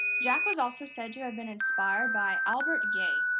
jack was also said to have been inspired by albert guay,